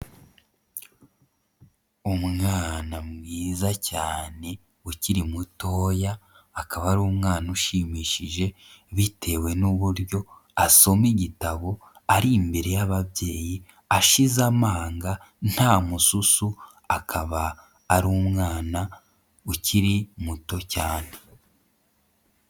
Umwana mwiza cyane ukiri mutoya, akaba ari umwana ushimishije bitewe n'uburyo asoma igitabo ari imbere y'ababyeyi ashize amanga, nta mususu, akaba ari umwana ukiri muto cyane.